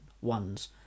ones